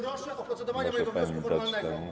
Proszę o procedowanie mojego wniosku formalnego.